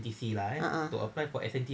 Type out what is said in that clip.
a'ah